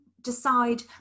decide